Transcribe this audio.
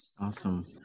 Awesome